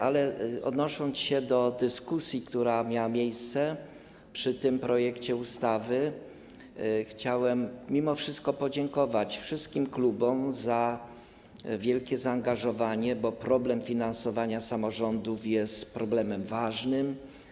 Ale odnosząc się do dyskusji, która miała miejsce przy tym projekcie ustawy, chciałem mimo wszystko podziękować wszystkim klubom za wielkie zaangażowanie, gdyż problem finansowania samorządów jest problemem ważnym.